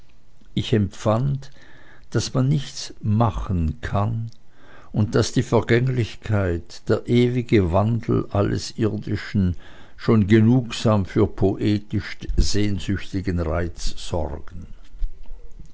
ich empfand daß man nichts machen kann und daß die vergänglichkeit der ewige wandel alles irdischen schon genugsam für poetisch sehnsüchtigen reiz sorgen